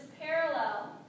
parallel